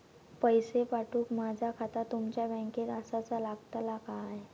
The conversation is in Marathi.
पैसे पाठुक माझा खाता तुमच्या बँकेत आसाचा लागताला काय?